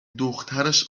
دخترش